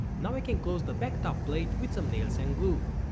now i can close the back top plate with some nails and glue.